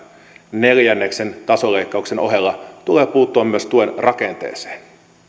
neljänneksen taso leikkauksen ohella tulee puuttua myös tuen rakenteeseen